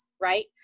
right